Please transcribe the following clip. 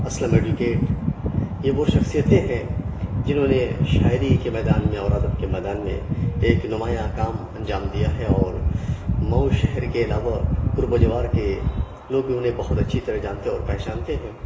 Aslam advocate یہ وہ شخصیتیں ہیں جنہوں نے شاعری کے میدان میں اور ادب کے میدان میں ایک نمایاں کام انجام دیا ہے اور مئو شہر کے علاوہ قرب و جوار کے لوگ بھی اُنہیں بہت اچھی طرح جانتے اور پہچانتے ہیں